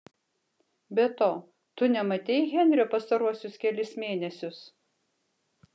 be to tu nematei henrio pastaruosius kelis mėnesius